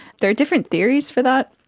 there are different theories for that.